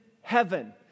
heaven